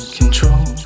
control